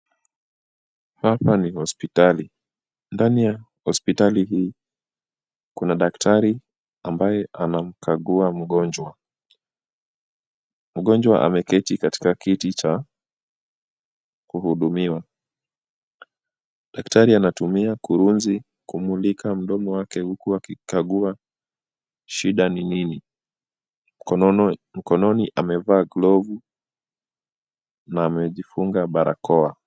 Hapa ni hospitali. Ndani ya hospitali hii kuna daktari ambaye anamkagua mgonjwa. Mgonjwa ameketi katika kiti cha kuhudumiwa. Daktari anatumia kurunzi kumulika mdomo wake huku akikagua shida ni nini. Mkononi amevaa glovu na amejifunga barakoa.